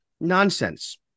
Nonsense